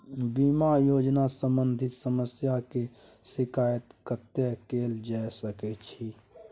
बीमा योजना सम्बंधित समस्या के शिकायत कत्ते कैल जा सकै छी?